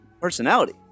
personality